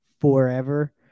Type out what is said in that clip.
forever